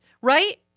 right